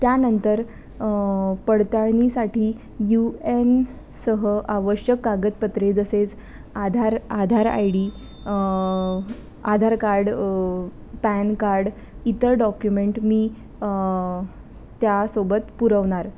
त्यानंतर पडताळणीसाठी U N सह आवश्यक कागदपत्रे जसेच Aadhaar Aadhaar I D Aadhaar card PAN card इतर डॉक्युमेंट मी त्यासोबत पुरवणार